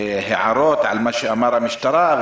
שיאמר הערות על מה שאמרו במשטרה,